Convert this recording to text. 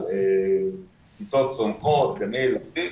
כיתות צומחות, גני ילדים.